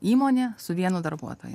įmonė su vienu darbuotoju